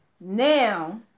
now